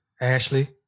Ashley